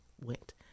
went